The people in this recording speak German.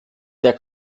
der